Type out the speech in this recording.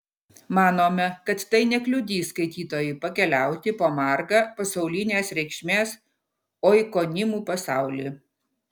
manome kad tai nekliudys skaitytojui pakeliauti po margą pasaulinės reikšmės oikonimų pasaulį